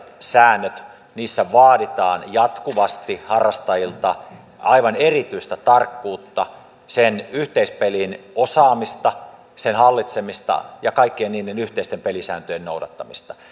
niissä on erittäin selvät säännöt niissä vaaditaan jatkuvasti harrastajilta aivan erityistä tarkkuutta sen yhteispelin osaamista sen hallitsemista ja kaikkien niiden yhteisten pelisääntöjen noudattamista